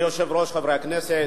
אדוני היושב-ראש, חברי הכנסת,